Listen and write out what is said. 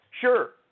sure